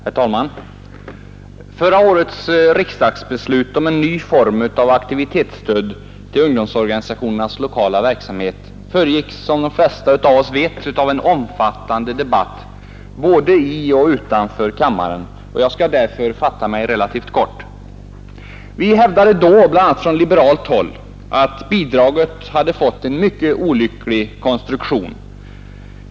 Herr talman! Förra årets riksdagsbeslut om en ny form av aktivitetsstöd till ungdomsorganisationernas lokala verksamhet föregicks, som de flesta vet, av en omfattande debatt både i och utanför kammaren, och jag skall därför fatta mig relativt kort. Vi hävdade då, bl.a. från liberalt håll, att bidraget hade fått en mycket olycklig konstruktion.